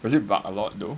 does it bark a lot though